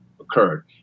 occurred